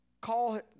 call